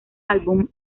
álbum